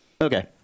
Okay